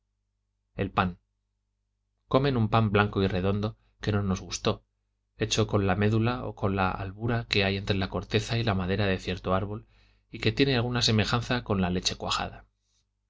el pan comen un pan blanco y redondo que no nos gustó hecho con la medula o con la albura que que hay entre la corteza y la madera de cierto árbol y que tiene alguna semejanza con la leche cuajada